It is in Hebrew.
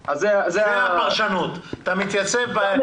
זאת אומרת שהבריאות תהיה בביתך,